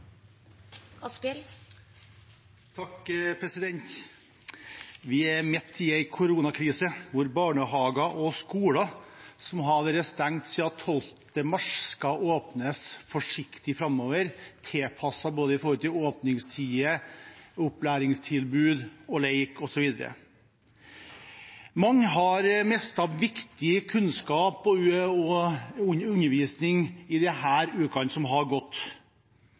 midt i en koronakrise, der barnehager og skoler som har vært stengt siden 12. mars, skal åpnes forsiktig framover, med tilpassede åpningstider, opplæringstilbud, lek osv. Mange har mistet viktig kunnskap og undervisning i ukene som har gått, kanskje spesielt barn og unge som har